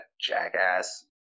jackass